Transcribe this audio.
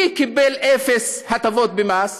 מי קיבל אפס הטבות במס?